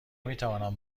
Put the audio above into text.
میتوانم